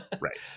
Right